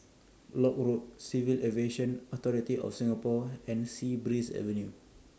Lock Road Civil Aviation Authority of Singapore and Sea Breeze Avenue